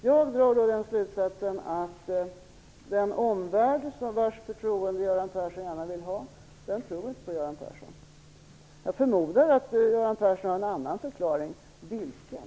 Jag drar slutsatsen att den omvärld vars förtroende Göran Persson gärna vill ha inte tror på Göran Persson. Jag förmodar att Göran Persson har en annan förklaring. Vilken?